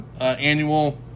annual